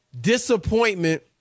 disappointment